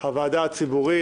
את הוועדה הציבורית,